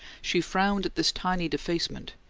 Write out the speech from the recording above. she frowned at this tiny defacement,